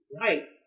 Right